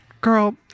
Girl